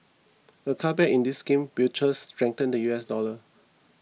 a cutback in this scheme will trust strengthen the U S dollar